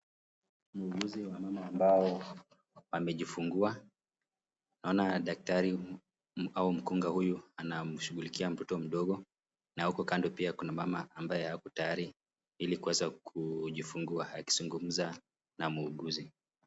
Muuguzi wa mama ambao amejifungua. Naona daktari au mkunga huyu anamshughulikia mtoto mdogo na uku kando kuna mama ambaye ako tayari ili kuweza kujifungua akizungumza na muuguzi.